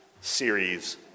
series